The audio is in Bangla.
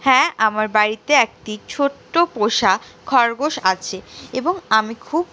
হ্যাঁ আমার বাড়িতে একটি ছোট্ট পোষা খরগোশ আছে এবং আমি খুব